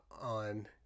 on